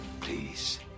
please